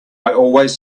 always